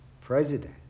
president